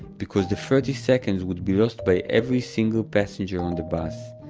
because the thirty seconds would be lost by every single passenger on the bus.